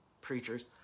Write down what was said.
preachers